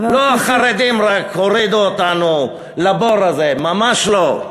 לא רק החרדים הורידו אותנו לבור הזה, ממש לא.